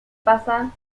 pasan